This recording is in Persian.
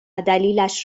دلیلش